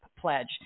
Pledge